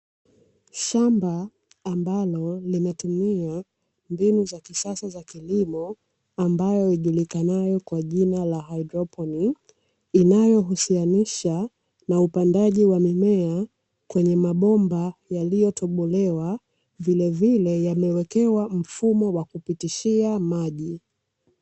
Shamba la kisasa ambalo limetumia mbinu za kisasa za kilimo ambalo lijulikanalo kwa jina haidroponi, inayohusishanisha na upandaji wa mimea kwenye mabomba yaliyotobolewa vilevile yaliyowekewa mfumo wa kupitishia maji.